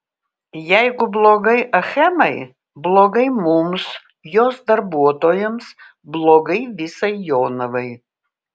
jeigu blogai achemai blogai mums jos darbuotojams blogai visai jonavai